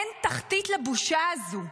אין תחתית לבושה הזו.